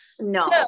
No